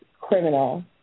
criminal